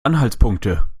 anhaltspunkte